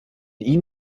ihm